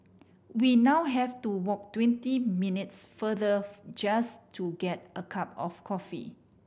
we now have to walk twenty minutes farther just to get a cup of coffee